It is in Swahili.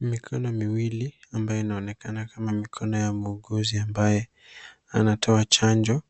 Mikono miwili inayoonekana kuwa ni ya muuguzi ambaye anatoa chanjo.